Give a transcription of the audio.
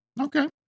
okay